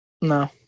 No